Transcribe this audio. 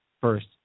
first